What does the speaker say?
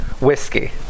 whiskey